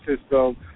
system